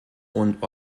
und